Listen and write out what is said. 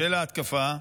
של ההתקפה.